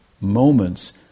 moments